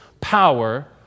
power